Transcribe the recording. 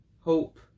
hope